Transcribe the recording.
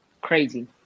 Crazy